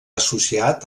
associat